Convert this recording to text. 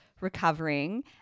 recovering